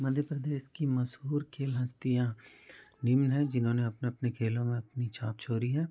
मध्य प्रदेश की मशहूर खेल हस्तियाँ निम्न हैं जिन्होंने अपने अपने खेलों में अपनी छाप छोड़ी है